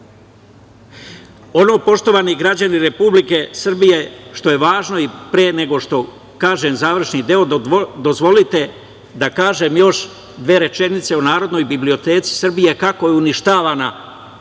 poštovani građani Republike Srbije, što je važno i pre nego što kažem završni deo, dozvolite da kažem još dve rečenice o Narodnoj biblioteci Srbije, kako je uništavana